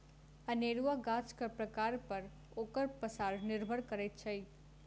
अनेरूआ गाछक प्रकार पर ओकर पसार निर्भर करैत छै